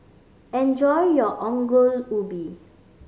enjoy your Ongol Ubi